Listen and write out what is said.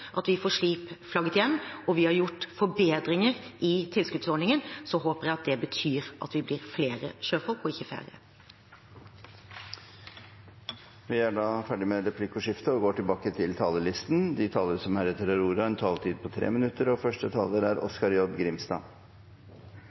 at vi får skip flagget hjem, og vi har gjort forbedringer i tilskuddsordningen, håper jeg det betyr at vi blir flere sjøfolk og ikke færre. Replikkordskiftet er omme. De talere som heretter får ordet, har en taletid på inntil 3 minutter.